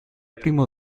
primo